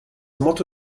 motto